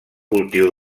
cultiu